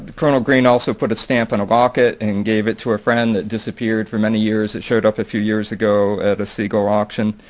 colonel green also put a stamp in a locket and gave it to a friend that disappeared for many years. it showed up a few years ago at a segal auction.